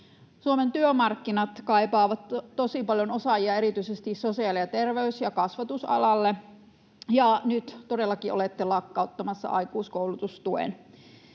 Suomen työmarkkinat kaipaavat tosi paljon osaajia erityisesti sosiaali- ja terveys- ja kasvatusalalle, ja nyt todellakin olette lakkauttamassa aikuiskoulutustuen.